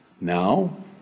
Now